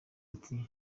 ati